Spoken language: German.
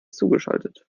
zugeschaltet